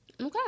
Okay